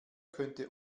könnte